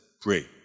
pray